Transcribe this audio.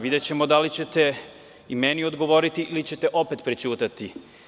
Videćemo da li ćete i meni odgovoriti, ili ćete opet prećutati.